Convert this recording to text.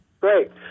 Great